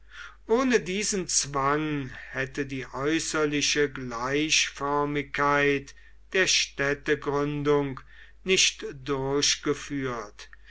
ohne diesen zwang hätte die äußerliche gleichförmigkeit der städtegründung nicht durchgeführt